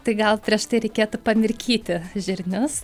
tai gal prieš tai reikėtų pamirkyti žirnius